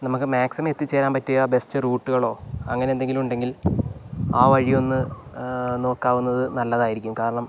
നമുക്ക് മാക്സിമം എത്തിച്ചേരാൻ പറ്റിയ ബെസ്റ്റ് റൂട്ടുകളോ അങ്ങനെ എന്തെങ്കിലും ഉണ്ടെങ്കിൽ ആ വഴി ഒന്ന് നോക്കാവുന്നത് നല്ലതായിരിക്കും കാരണം